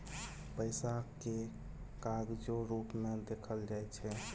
पैसा केँ कागजो रुप मे देखल जाइ छै